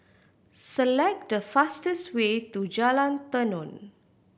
select the fastest way to Jalan Tenon